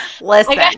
Listen